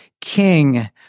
king